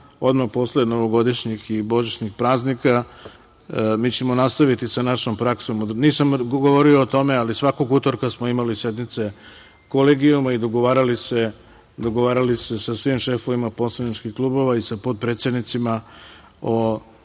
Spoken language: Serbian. odmah posle novogodišnjih i božićnih praznika mi ćemo nastaviti sa našom praksom, nisam govorio o tome, ali svakog utorka smo imali sednice kolegijuma i dogovarali se sa svim šefovima poslaničkih klubova i sa potpredsednicima o